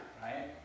right